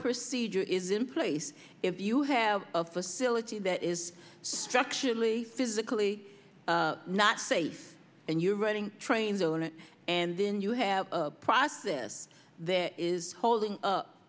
procedure is in place if you have a facility that is structurally physically not safe and you are running trains on it and then you have a process this is holding